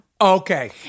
Okay